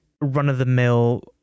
run-of-the-mill